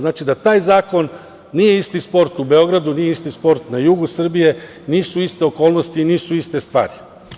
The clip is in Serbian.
Znači, da taj zakon, nije isti sport u Beogradu, nije isti sport na jugu Srbije, nisu iste okolnosti i nisu iste stvari.